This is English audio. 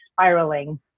spiraling